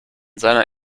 seiner